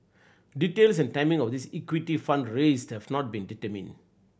details and timing of this equity fund raising have not been determined